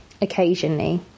occasionally